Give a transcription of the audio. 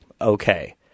okay